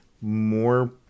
more